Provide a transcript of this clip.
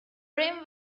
rim